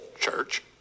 church